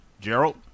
Gerald